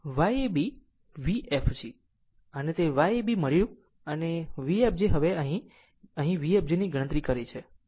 આમ તે Y ab મળી અનેVfg હવે આપણે અહીં Vfg ની ગણતરી કરી છે